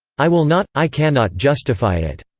i will not, i cannot justify it.